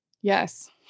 Yes